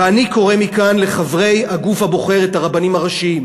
ואני מכאן קורא לחברי הגוף הבוחר את הרבנים הראשיים: